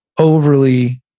Overly